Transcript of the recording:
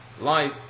Life